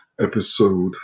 episode